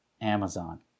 Amazon